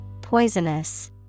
poisonous